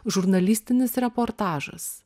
žurnalistinis reportažas